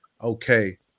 okay